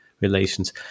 relations